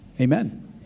Amen